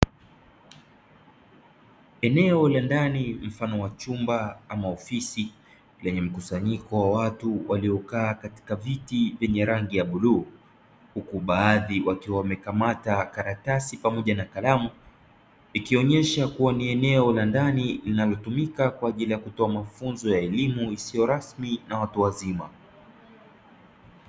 Eneo la ndani mfano wa chumba ama ofisi lenye mkusanyiko wa watu waliokaa katika viti vyenye rangi ya bluu, huku baadhi wakiwa mamekamata karatasi pamoja na kalamu, ikionyesha kua ni eneo la ndani inalotumika kwa ajili ya kutoa mafunzo ya elimu isiyorasmi pamoja na watu wazima.